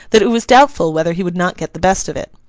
that it was doubtful whether he would not get the best of it.